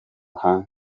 hanze